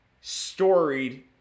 storied